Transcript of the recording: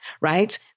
right